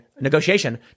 negotiation